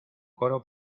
coro